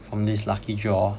from this lucky draw